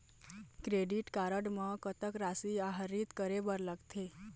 Credit card म कतक राशि आहरित करे बर लगथे?